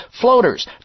floaters